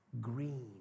green